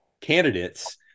candidates